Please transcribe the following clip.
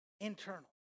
internal